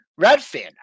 Redfin